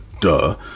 duh